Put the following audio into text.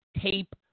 tape